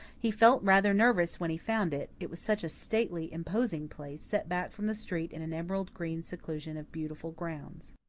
he felt rather nervous when he found it, it was such a stately, imposing place, set back from the street in an emerald green seclusion of beautiful grounds.